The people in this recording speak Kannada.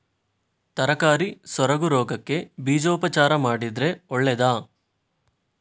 ತರಕಾರಿ ಸೊರಗು ರೋಗಕ್ಕೆ ಬೀಜೋಪಚಾರ ಮಾಡಿದ್ರೆ ಒಳ್ಳೆದಾ?